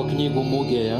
knygų mugėje